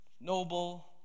noble